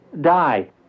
die